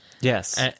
Yes